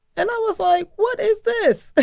and i was like, what is this?